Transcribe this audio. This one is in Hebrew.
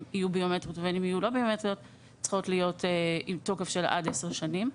יהיו ביומטריות ובין אם לאו צריכות להיות עם תוקף של עד 10 שנים.